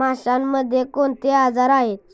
माशांमध्ये कोणते आजार आहेत?